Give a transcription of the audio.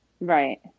right